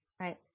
Right